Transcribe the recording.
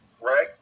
Right